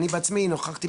אני בעצמי נוכחתי,